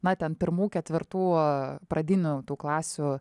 na ten pirmų ketvirtų pradinių klasių